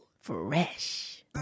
fresh